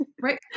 Right